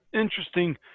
interesting